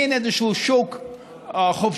מין איזשהו שוק חופשי,